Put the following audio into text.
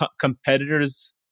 competitors